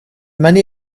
many